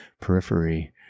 periphery